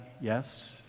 Yes